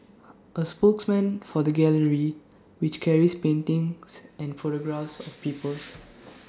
A spokesman for the gallery which carries paintings and photographs of people